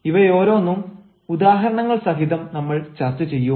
ഇവയോരോന്നും ഉദാഹരണങ്ങൾ സഹിതം നമ്മൾ ചർച്ച ചെയ്യും